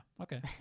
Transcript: okay